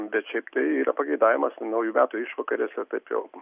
bet šiaip tai yra pageidavimas naujų metų išvakarėse taip jau